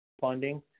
funding